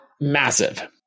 Massive